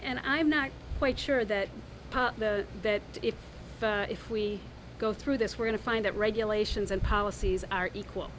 and i'm not quite sure that that if we go through this we're going to find that regulations and policies are equal